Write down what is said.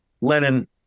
Lenin